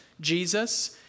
Jesus